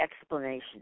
explanation